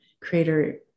creator